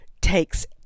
takes